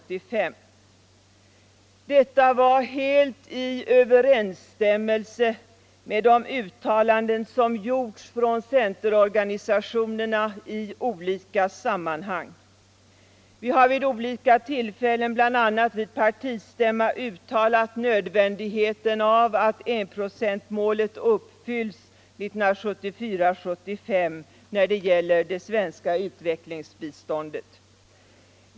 Detta var helt i överensstämmelse med de uttalanden som gjorts från centerorganisationerna i olika sammanhang. Vi har vid olika tillfällen, bl.a. vid partistämma, uttalat nödvändigheten av att enprocentsmålet uppfylls 1974/75 när det gäller det svenska utvecklingsbiståndet.